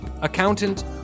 accountant